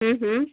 हम्म हम्म